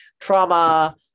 trauma